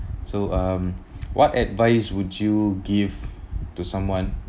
so um what advice would you give to someone